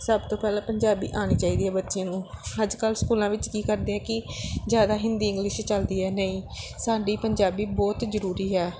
ਸਭ ਤੋਂ ਪਹਿਲਾਂ ਪੰਜਾਬੀ ਆਉਣੀ ਚਾਹੀਦੀ ਹੈ ਬੱਚੇ ਨੂੰ ਅੱਜ ਕੱਲ੍ਹ ਸਕੂਲਾਂ ਵਿੱਚ ਕੀ ਕਰਦੇ ਆ ਕਿ ਜ਼ਿਆਦਾ ਹਿੰਦੀ ਇੰਗਲਿਸ਼ ਚਲਦੀ ਹੈ ਨਹੀਂ ਸਾਡੀ ਪੰਜਾਬੀ ਬਹੁਤ ਜ਼ਰੂਰੀ ਹੈ